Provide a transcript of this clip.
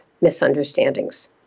misunderstandings